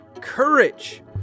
courage